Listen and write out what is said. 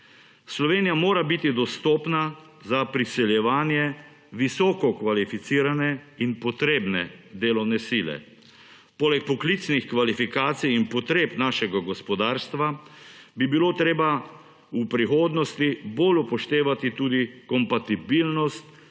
Slovenija mora biti dostopna za priseljevanje visoko kvalificirane in potrebne delovne sile. Poleg poklicnih kvalifikacij in potreb našega gospodarstva bi bilo treba v prihodnosti bolj upoštevati tudi kompatibilnost